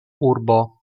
urbo